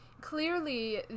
clearly